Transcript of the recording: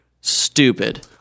stupid